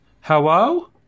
Hello